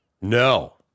No